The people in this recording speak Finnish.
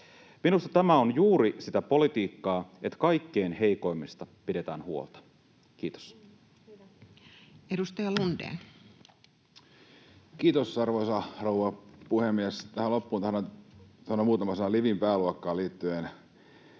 Minusta tämä on juuri sitä politiikkaa, että kaikkein heikoimmista pidetään huolta. — Kiitos. Edustaja Lundén. Kiitos, arvoisa rouva puhemies! Tähän loppuun tahdon sanoa muutaman sanan LiVin pääluokkaan liittyen.